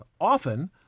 often